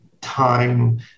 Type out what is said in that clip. time